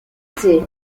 raton